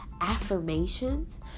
affirmations